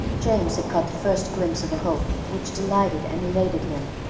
james had caught the first glimpse of a hope which delighted and elated him.